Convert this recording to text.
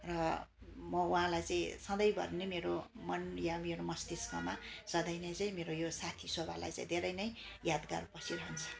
र म उहाँलाई चाहिँ सधैँभरि नै मेरो मन या मेरो मस्तिष्कमा सधैँ नै चाहिँ मेरो यो साथी शोभालाई चाहिँ धेरै नै यादगार बसी रहन्छ